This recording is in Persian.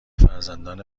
فرزندان